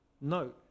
No